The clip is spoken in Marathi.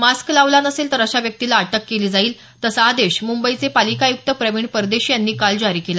मास्क लावला नसेल तर अशा व्यक्तीला अटक केली जाईल तसा आदेश मुंबईचे पालिका आयुक्त प्रवीण परदेशी यांनी काल जारी केला